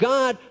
God